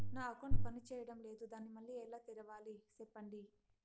నా అకౌంట్ పనిచేయడం లేదు, దాన్ని మళ్ళీ ఎలా తెరవాలి? సెప్పండి